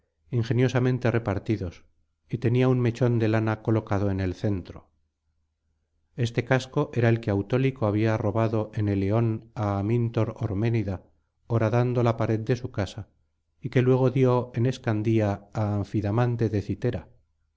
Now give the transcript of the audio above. ingeniosamente repartidos y tenía un mechón de lana colocado en el centro este casco era el que autólico había robado en eleón á amintor orménida horadando la pared de su casa y que luego dio en escandía á anfidamante